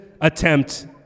attempt